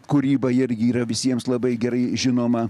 kūryba irgi yra visiems labai gerai žinoma